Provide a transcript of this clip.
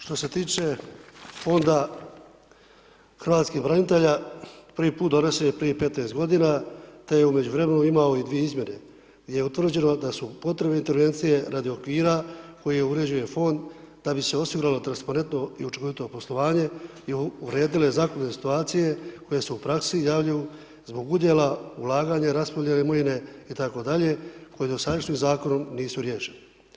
Što se tiče fonda hrvatskih branitelja, prvi put je donesen prije 15 g. te je u međuvremenu imao i 2 izmjene gdje je utvrđeno da su potrebne intervencije radi okvira koji je uređen fond da bi se osiguralo transparentno i učinkovito poslovanje i uredilo zakonske situacije koje se u praksi javljaju zbog udjela ulaganja raspodjele imovine itd. koje dosadašnjem zakonom nisu riješene.